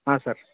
ಹಾಂ ಸರ್